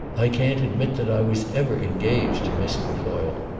i can't admit that i was ever engaged to miss trefoil.